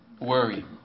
Worry